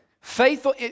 Faithful